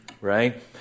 Right